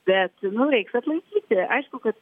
bet nu reiks atlaikyti aišku kad